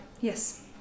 Yes